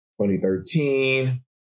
2013